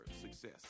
success